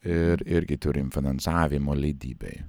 ir irgi turim finansavimo leidybai